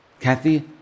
Kathy